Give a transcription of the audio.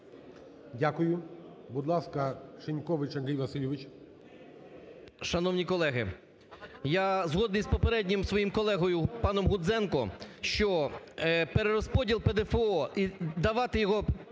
Дякую. Будь ласка, Шинькович Андрій Васильович.